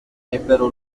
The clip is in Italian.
ebbero